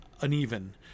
uneven